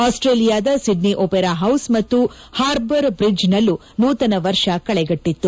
ಆಸ್ಟೇಲಿಯಾದ Sydney opera house ಮತ್ತು harbour bridge ನಲ್ಲೂ ನೂತನ ವರ್ಷ ಕಳಗಟ್ಟತ್ತು